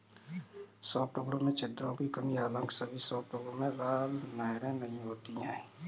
softwood में छिद्रों की कमी हालांकि सभी सॉफ्टवुड में राल नहरें नहीं होती है